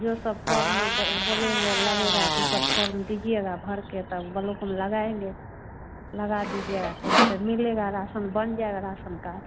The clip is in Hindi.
जो सब फोर्म ब बोलेंगे लगेगा तो उ सब फोर्म दीजिएगा भरकर तब बलौक में लगाएंगे लगा दीजिएगा तो उससे मिलेगा रासन बन जाएगा रासन कार्ड